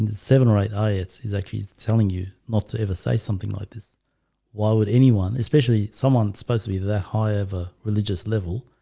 seven or eight ayats is actually telling you not to ever say something like this why would anyone especially someone's supposed to be their high of a religious level?